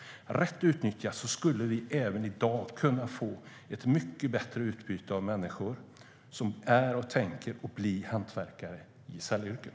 Rätt utnyttjat skulle vi redan i dag kunna få ett mycket bättre utbyte av människor som är och tänker bli hantverkare i gesällyrken.